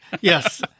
yes